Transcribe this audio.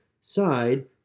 side